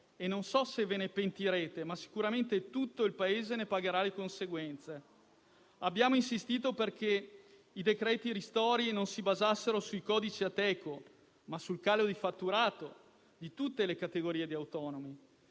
e non so se ve ne pentirete, ma sicuramente tutto il Paese ne pagherà le conseguenze. Abbiamo insistito perché i decreti ristori non si basassero sui codici Ateco, ma sul calo di fatturato di tutte le categorie di autonomi.